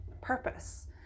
purpose